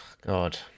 God